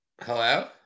Hello